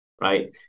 right